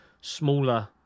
smaller